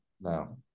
No